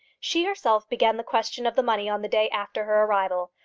she herself began the question of the money on the day after her arrival.